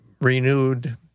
renewed